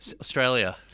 Australia